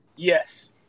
Yes